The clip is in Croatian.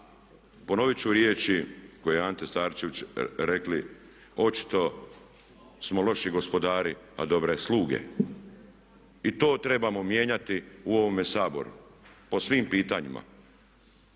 ponoviti ću riječi koje je Ante Starčević rekao očito smo loši gospodari a dobre sluge. I to trebamo mijenjati u ovome Saboru po svim pitanjima.